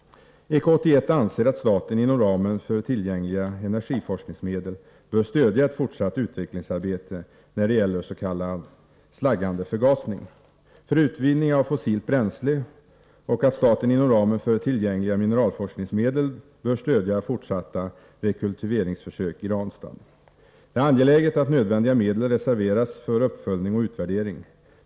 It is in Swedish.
EK 81 anser att staten inom ramen för tillgängliga energiforskningsmedel bör stödja ett fortsatt utvecklingsarbete när det gäller s.k. slaggande förgasning för utvinning av fossilt bränsle och att staten inom ramen för tillgängliga mineralforskningsmedel bör stödja fortsatta rekultiveringsförsök i Ranstad. Det är angeläget att nödvändiga medel reserveras för uppföljning och utvärdering.